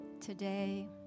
today